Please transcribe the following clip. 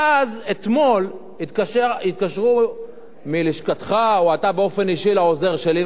ואז אתמול התקשרו מלשכתך או אתה באופן אישי לעוזר שלי,